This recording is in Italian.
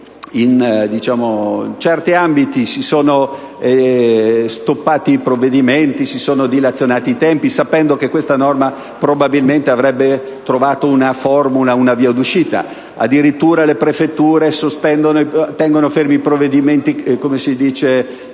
in certi ambiti si sono bloccati i provvedimenti, dilazionati i tempi, sapendo che su questa norma probabilmente si sarebbero trovate una formula, una via d'uscita. Addirittura, le prefetture tengono fermi i provvedimenti sanzionatori